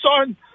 son